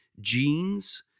genes